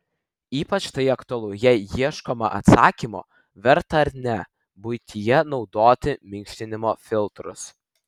ypač tai aktualu jei ieškoma atsakymo verta ar ne buityje naudoti minkštinimo filtrus